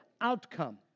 outcome